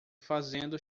fazendo